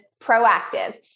proactive